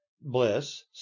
bliss